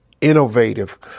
innovative